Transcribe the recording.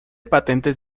patentes